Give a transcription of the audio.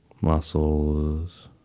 muscles